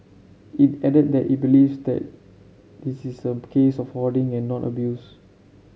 it added that it believes that this is a case of hoarding and not abuse